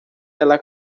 ela